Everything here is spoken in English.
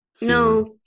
No